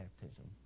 baptism